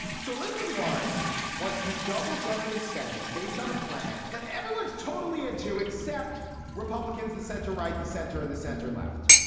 so elizabeth warren wants to double government spending based on a plan that everyone is totally and untrue except republicans the center right the center and the center left